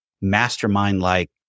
mastermind-like